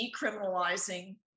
decriminalizing